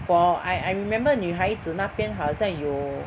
for I I remember 女孩子那边好像有